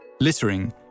littering